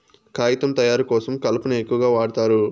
కాగితం తయారు కోసం కలపను ఎక్కువగా వాడుతారు